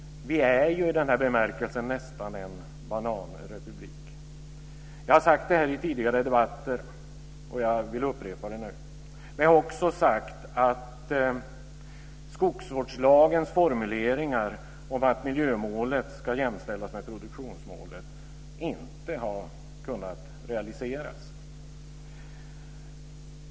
Vi är i denna bemärkelse nästan en bananrepublik. Jag har sagt detta i tidigare debatter, och jag vill upprepa det nu, men jag har också sagt att skogsvårdslagens formuleringar om att miljömålet ska jämställas med produktionsmålet inte har kunnat realiseras.